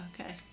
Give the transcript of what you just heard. Okay